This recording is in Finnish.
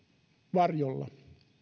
varjolla